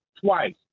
twice